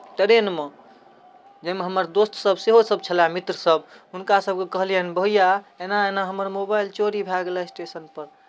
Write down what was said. ट्रेनमे जाहिमे हमर दोस्तसभ सेहो छलय मित्रसभ हुनकासभके कहलियनि भैया एना एना हमर मोबाइल चोरी भए गेलह स्टेशनपर